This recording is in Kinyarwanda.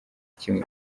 kimwe